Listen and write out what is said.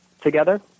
together